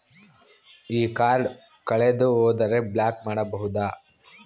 ಈ ಕಾರ್ಡ್ ಕಳೆದು ಹೋದರೆ ಬ್ಲಾಕ್ ಮಾಡಬಹುದು?